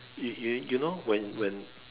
you you you know when when